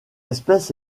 espèce